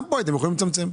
גם כאן אם יכולים לצמצם.